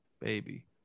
baby